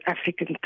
African